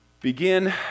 Begin